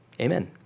Amen